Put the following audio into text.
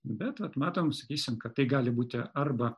bet vat matom sakysim kad tai gali būti arba